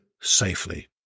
safely